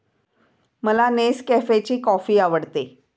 मला नेसकॅफेची कॉफी आवडते